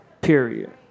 period